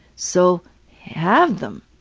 so have them.